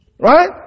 Right